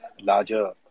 larger